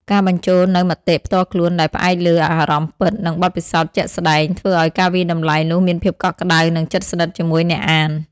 ការបញ្ចូលនូវមតិផ្ទាល់ខ្លួនដែលផ្អែកលើអារម្មណ៍ពិត និងបទពិសោធន៍ជាក់ស្តែង ធ្វើឱ្យការវាយតម្លៃនោះមានភាពកក់ក្តៅ និងជិតស្និទ្ធជាមួយអ្នកអាន។